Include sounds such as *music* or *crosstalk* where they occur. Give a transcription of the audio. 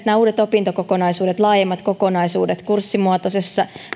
*unintelligible* nämä uudet opintokokonaisuudet laajemmat kokonaisuudet kurssimuotoisen